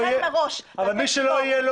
מי שלא יהיה,